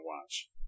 watch